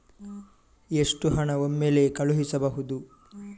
ಎಷ್ಟು ಹಣ ಒಮ್ಮೆಲೇ ಕಳುಹಿಸಬಹುದು?